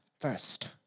first